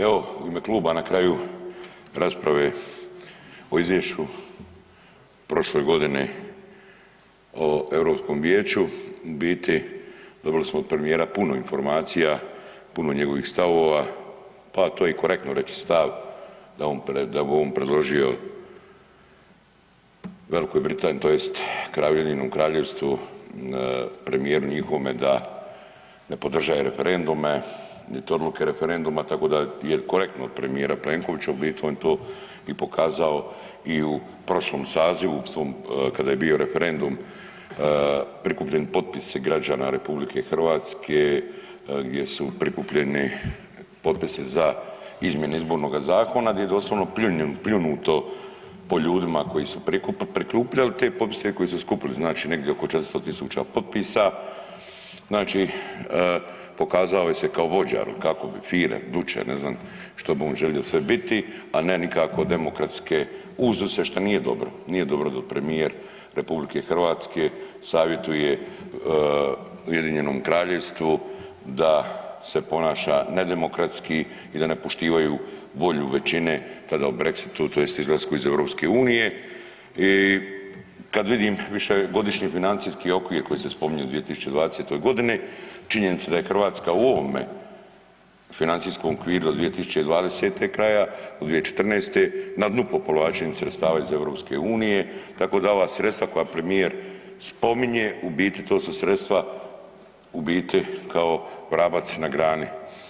Evo, u ime kluba na kraju rasprave o izvješću prošle godine o Europskom vijeću u biti dobili smo od premijera puno informacija, puno njegovih stavova, pa to je i korektno reći stav da bi on predložio Velikoj Britaniji tj. Ujedinjenom Kraljevstvu premijeru njihovome da ne podržaje referendume, niti odluke referenduma tako da je korektno od premijera Plenkovića u biti on je to pokazao i u prošlom sazivu svom kada je bio referendum prikupljeni potpisi građana RH gdje su prikupljeni potpisi za izmjene izbornoga zakona gdje je doslovno pljunuto po ljudima koji prikupljali te potpise i koji su skupili znači negdje oko 400.000 potpisa, znači pokazao se je kao vođa kao bi Fuhrer, Duche, ne znam što me znam što bi on sve želio biti, a ne nikako demokratske uzuse šta nije dobro, nije dobro dok premijer RH savjetuje Ujedinjenom Kraljevstvu da se ponaša nedemokratski i da ne poštivaju volju većine tada o Brexitu tj. izlasku iz EU i kad vidim višegodišnji financijski okvir koji se spominje u 2020. godini, činjenica da je Hrvatska u ovome financijskom okviru do 2020. kraja od 2014. na dnu po povlačenju sredstava iz EU, tako da ova sredstva koja premijer spominje u biti to su sredstva u biti kao vrabac na grani.